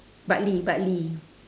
bartley bartley